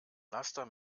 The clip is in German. laster